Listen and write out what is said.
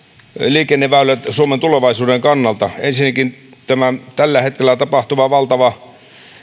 liikenneväylä suomen tulevaisuuden kannalta ensinnäkin tämä tällä hetkellä tapahtuva valtava